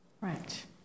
Right